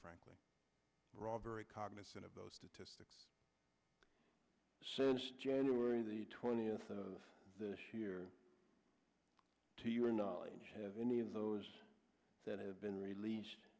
very cognizant of those statistics since january the twentieth of this year to your knowledge have any of those that have been released